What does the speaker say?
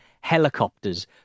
Helicopters